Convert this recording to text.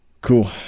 cool